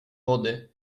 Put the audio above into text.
wody